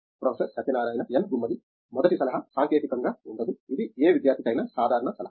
professor Satyanarayana N Gummadi మొదటి సలహా సాంకేతికంగా ఉండదు ఇది ఏ విద్యార్థికి అయినా సాధారణ సలహా